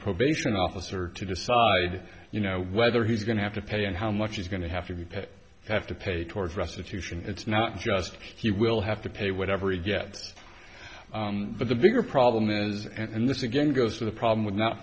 probation officer to decide you know whether he's going to have to pay and how much he's going to have to pay have to pay towards restitution it's not just he will have to pay whatever it gets but the bigger problem is and this again goes to the problem with not